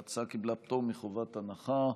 ההצעה קיבלה פטור מחובת הנחה,